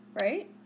right